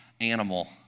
animal